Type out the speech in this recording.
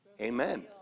Amen